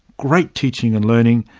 great teaching and learning,